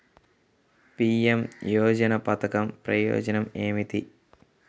PM Yojana పధకం ప్రయోజనం ఏమితి?